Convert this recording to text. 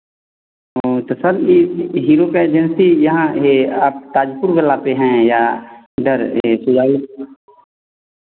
हाँ तो सर यह हीरो का एजेंसी यहाँ हे आप ताजपुर बुलाते हैं या उधर यह